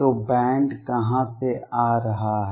तो बैंड कहाँ से आ रहा है